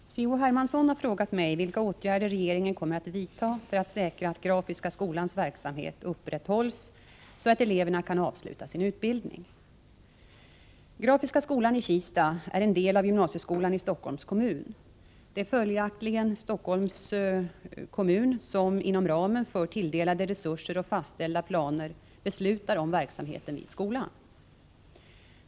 Herr talman! C.-H. Hermansson har frågat mig vilka åtgärder regeringen kommer att vidta för att säkra att Grafiska skolans verksamhet upprätthålls så att eleverna kan avsluta sin utbildning. Grafiska skolan i Kista är en del av gymnasieskolan i Stockholms kommun. Det är följaktligen Stockholms kommun som inom ramen för tilldelade resurser och fastställda planer beslutar om verksamheten vid skolan.